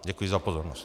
Děkuji za pozornost.